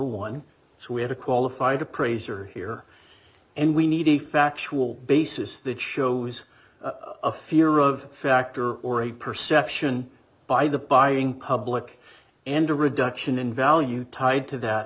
one so we had a qualified appraiser here and we need a factual basis that shows a fear of factor or a perception by the buying public and a reduction in value tied to that